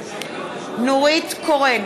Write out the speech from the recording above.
נגד יואב קיש,